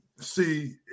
see